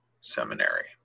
seminary